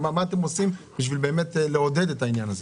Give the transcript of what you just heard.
מה אתם עושים בשביל לעודד את העניין הזה?